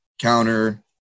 counter